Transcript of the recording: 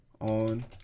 on